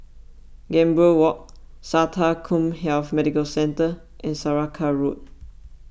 Gambir Walk Sata CommHealth Medical Centre and Saraca Road